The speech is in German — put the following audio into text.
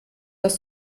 das